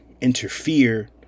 interfere